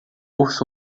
urso